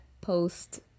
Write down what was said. post